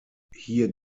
hier